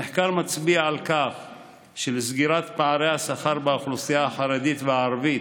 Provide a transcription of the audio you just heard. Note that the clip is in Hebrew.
המחקר הצביע על כך שלסגירת פערי השכר באוכלוסייה החרדית והערבית